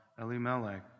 Elimelech